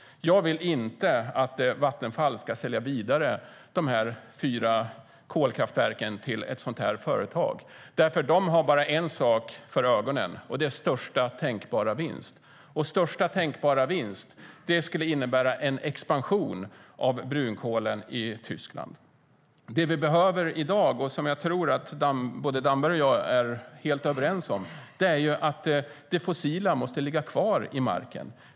Jag vill inte att Vattenfall ska sälja vidare de fyra kolkraftverken till ett sådant företag, för de har bara en sak för ögonen: största tänkbara vinst. Och största tänkbara vinst skulle innebära en expansion av brunkol i Tyskland. Det vi behöver i dag och som jag tror att Damberg och jag är helt överens om är att det fossila måste ligga kvar i marken.